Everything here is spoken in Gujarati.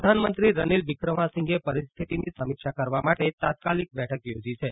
પ્રધાનમંત્રી રનિલ વિક્રમાસિંઘે પરિસ્થિતિની સમીક્ષા કરવા માટે તાત્કાલિક બેઠક યોજી છે